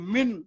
Min